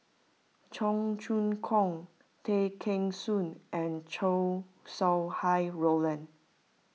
Cheong Choong Kong Tay Kheng Soon and Chow Sau Hai Roland